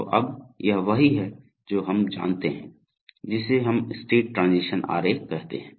तो अब यह वही है जो हम जानते हैं जिसे हम स्टेट ट्रांजीशन आरेख कहते हैं